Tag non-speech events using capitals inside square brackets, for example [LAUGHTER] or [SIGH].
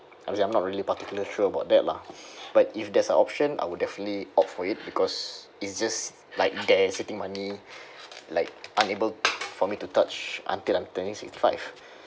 I mean I'm not really particularly sure about that lah [BREATH] but if there's an option I would definitely opt for it because it's just like there sitting money like unable for me to touch until I'm turning sixty five [BREATH]